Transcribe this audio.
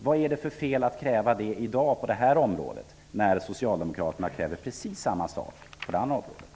Vad är det för fel att kräva det på det här området när Socialdemokraterna krävde precis samma sak på ett annat område?